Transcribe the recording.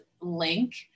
link